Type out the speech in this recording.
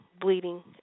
bleeding